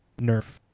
Nerf